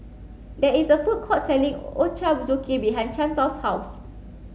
there is a food court selling Ochazuke behind Chantal's house